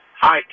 Hi